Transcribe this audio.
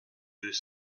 deux